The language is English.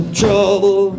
trouble